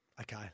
Okay